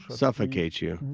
suffocate you,